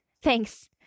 thanks